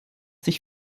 sich